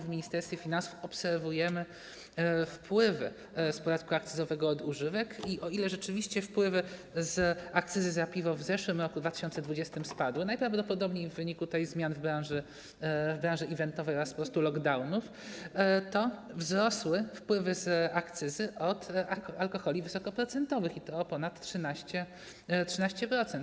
W Ministerstwie Finansów obserwujemy wpływy z podatku akcyzowego od używek i o ile rzeczywiście wpływy z akcyzy za piwo w zeszłym, 2020 r. spadły, najprawdopodobniej w wyniku zmian w branży eventowej oraz po prostu lockdownów, o tyle wzrosły wpływy z akcyzy od alkoholi wysokoprocentowych i to o ponad 13%.